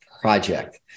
project